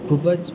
ખૂબ જ